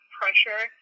pressure